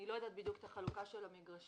אני לא יודעת בדיוק את החלוקה של המגרשים.